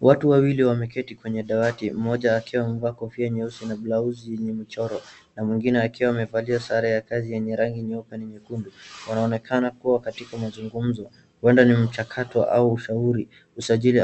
Watu wawili wameketi kweti dawati mmoja akiwa amevaa kofia nyeusi na blausi yenye michoro, na mwingine akiwa amevalia sare ya kazi yenye rangi nyeupe na nyekundu. Wanaonekana kuwa katika mazungumzo, huenda ni mchakato au ushauri, usajili